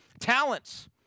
talents